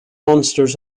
monsters